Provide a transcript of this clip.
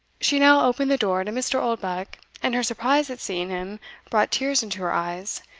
she now opened the door to mr. oldbuck, and her surprise at seeing him brought tears into her eyes,